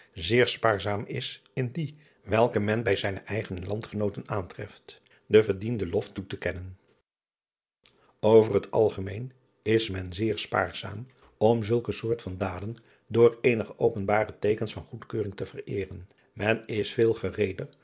zeer spaarzaam is in die welke men bij zijne eigen landgenooten aantreft den verdienden lof toetekennen ver het algemeen is men zeer spaarzaam om zulke soort van daden door eenige openbare teekens van goedkeuring te vereeren men is veel gereeder